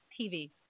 TV